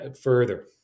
further